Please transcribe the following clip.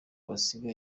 basiga